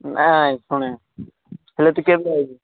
ନାଇଁ ଶୁଣେ ସୁରଟ କେବେ ଆଉଛୁ